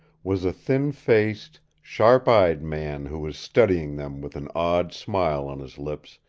was a thin-faced sharp-eyed man who was studying them with an odd smile on his lips,